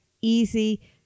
easy